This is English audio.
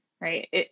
right